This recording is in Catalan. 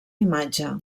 imatge